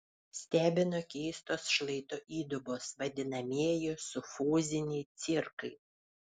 stebino keistos šlaito įdubos vadinamieji sufoziniai cirkai